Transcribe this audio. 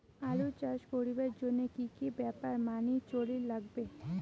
আলু চাষ করিবার জইন্যে কি কি ব্যাপার মানি চলির লাগবে?